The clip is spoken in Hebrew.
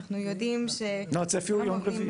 אנחנו יודעים -- הצפי הוא יום רביעי.